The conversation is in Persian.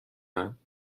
اند